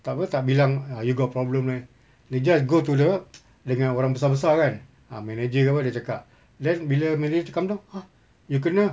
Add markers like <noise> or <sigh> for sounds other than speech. tak apa tak bilang ah you got problem eh they just go to the <noise> dengan orang besar besar kan ah manager ke apa dia cakap then bila manager come down !huh! you kena